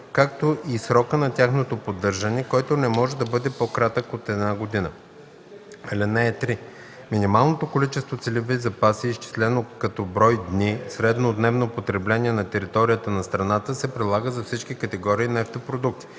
както и срока на тяхното поддържане, който не може да бъде по-кратък от една година. (3) Минималното количество целеви запаси, изчислено като брой дни среднодневно потребление на територията на страната, се прилага за всички категории нефтопродукти.